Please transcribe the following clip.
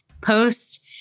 post-